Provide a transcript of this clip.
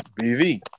BV